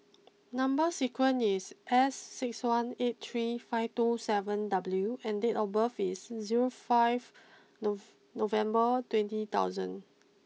number sequence is S six one eight three five two seven W and date of birth is zero five November twenty thousand